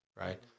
right